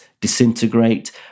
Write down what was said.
disintegrate